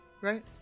right